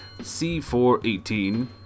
C418